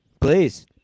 Please